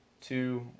two